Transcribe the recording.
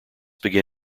began